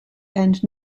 and